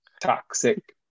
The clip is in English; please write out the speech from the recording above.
toxic